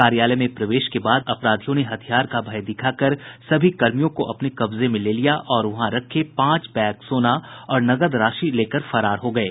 कार्यालय में प्रवेश के बाद अपराधियों ने हथियार का भय दिखाकर सभी कर्मियों को अपने कब्जे में ले लिया और वहां रखे पांच बैग सोना और नकद राशि लेकर फरार हो गये